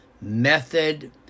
method